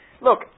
Look